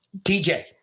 DJ